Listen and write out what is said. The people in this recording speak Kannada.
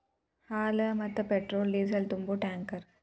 ಹಾಲ, ಮತ್ತ ಪೆಟ್ರೋಲ್ ಡಿಸೇಲ್ ತುಂಬು ಟ್ಯಾಂಕರ್